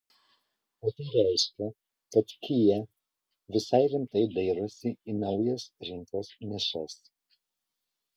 o tai reiškia kad kia visai rimtai dairosi į naujas rinkos nišas